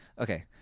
Okay